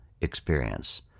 experience